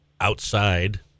outside